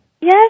Yes